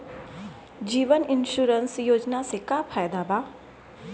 जीवन insurance योजना से का फायदा बा?